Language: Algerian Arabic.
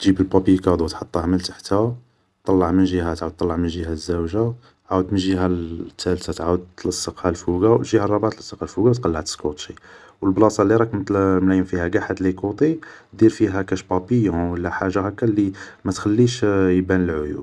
تجيب البابيي كادو تحطه ملتحتا ,طلع من جيها عاود طلع من جيها زاوجة, عاود من جيهة التالت تعاود تلسقها من فوقا, و جيها الرابعة تلسقها من فوقا و تقلع تسكوتشي, و البلاصة اللي راك ملايم فيها قاع هاد لي كوطي, دير فيها كاش بابيون و لا حاجة هاكا لي ما تخليش يبان العيوب